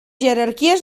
jerarquies